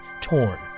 torn